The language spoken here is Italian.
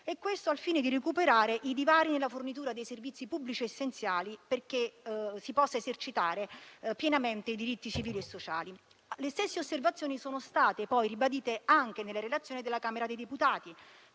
Ciò al fine di recuperare i divari nella fornitura di servizi pubblici essenziali, affinché si possano esercitare pienamente i diritti civili e sociali. Le stesse osservazioni sono state ribadite anche nella relazione della Camera dei deputati,